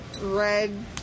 red